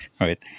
right